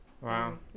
Wow